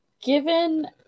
given